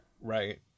right